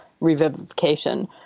revivification